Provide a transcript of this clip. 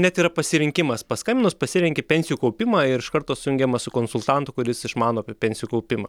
net yra pasirinkimas paskambinus pasirenki pensijų kaupimą ir iš karto sujungiama su konsultantu kuris išmano apie pensijų kaupimą